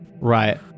Right